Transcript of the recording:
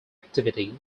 activity